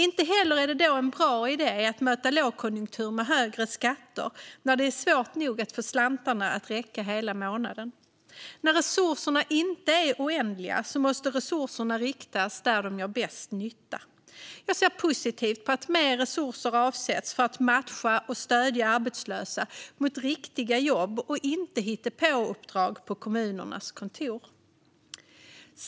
Inte heller är det en bra idé att möta lågkonjunktur med högre skatter när det är svårt nog att få slantarna att räcka hela månaden. När resurserna inte är oändliga måste resurserna riktas dit de gör bäst nytta. Jag ser positivt på att mer resurser avsätts för att matcha och stödja arbetslösa mot riktiga jobb och inte "hittepåuppdrag" på kommunernas kontor.